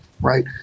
right